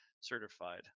certified